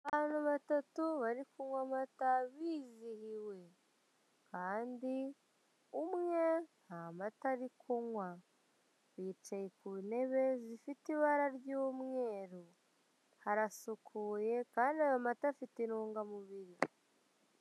Abantu batatu bari kunywa amata bizihiwe, kandi umwe nta mata ari kunywa, bicaye ku ntebe zifite ibara ry'umweru, harasukuye kandi ayo mata afite intungamubiri.